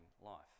life